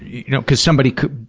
you know, because somebody could,